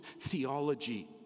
theology